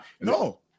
No